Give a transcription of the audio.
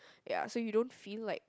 ya so you don't feel like